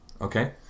okay